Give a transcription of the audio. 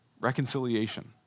Reconciliation